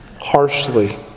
harshly